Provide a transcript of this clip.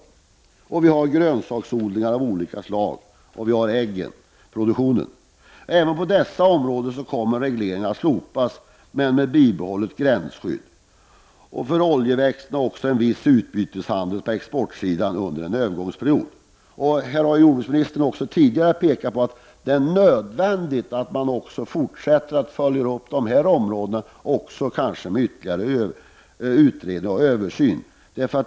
Vidare gäller det grönsaksodlingar av olika slag och äggproduktionen. Även på dessa områden kommer regleringarna att slopas. Men gränsskyddet behålls. Beträffande oljeväxterna blir det en viss utbyteshandel på exportsidan under en övergångsperiod. Även här har jordbruksministern tidigare framhållit att det är nödvändigt att fortsätta att följa upp utvecklingen. Det behövs kanske ytterligare utredningar och översynsarbete.